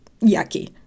yucky